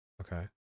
Okay